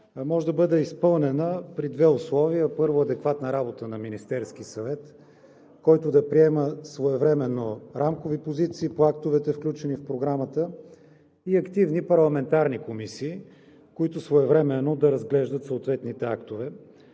може да бъде изпълнена при две условия. Първо, адекватна работа на Министерския съвет, който да приема своевременно рамкови позиции по актовете, включени в Програмата, и активни парламентарни комисии, които своевременно да разглеждат съответните актове.